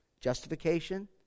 Justification